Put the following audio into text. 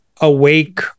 awake